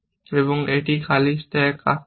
এবং একটি খালি স্ট্যাক আসতে পারি